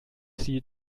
sie